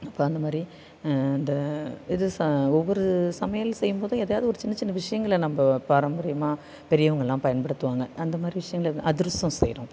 இப்போ அந்த மாதிரி இந்த இது ச ஒவ்வொரு சமையல் செய்யும் போதும் எதாவது ஒரு சின்ன சின்ன விஷயங்கள நம்ம பாரம்பரியமாக பெரியவங்களாம் பயன்படுத்துவாங்க அந்த மாதிரி விஷயங்கள அதிரசம் செய்கிறோம்